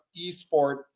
eSport